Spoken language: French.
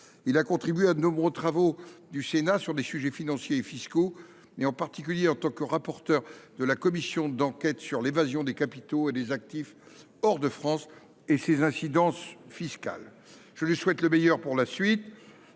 Il a contribué à de très nombreux travaux du Sénat sur des sujets financiers et fiscaux, en particulier en tant que rapporteur de la commission d’enquête sur l’évasion des capitaux et des actifs hors de France et ses incidences fiscales. Je lui souhaite le meilleur pour la suite,